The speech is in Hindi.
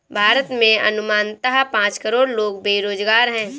भारत में अनुमानतः पांच करोड़ लोग बेरोज़गार है